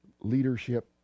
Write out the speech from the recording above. leadership